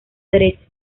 derecha